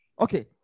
okay